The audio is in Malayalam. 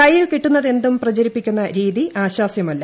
കൈയിൽ കിട്ടുന്നതെന്തും പ്രചരിപ്പിക്കുന്ന രീതി ആശാസ്യമല്ല